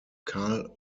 karl